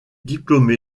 diplômé